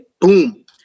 boom